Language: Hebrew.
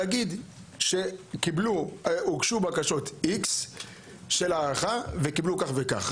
להגיד כמה בקשות להארכה הוגשו וכמה אושרו.